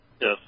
Yes